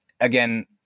again